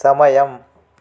సమయం